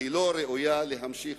לא ראויה להמשיך,